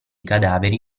cadaveri